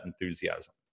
enthusiasm